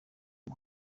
uyu